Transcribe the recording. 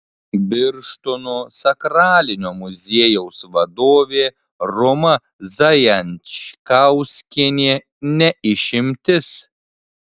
birštono sakralinio muziejaus vadovė roma zajančkauskienė ne išimtis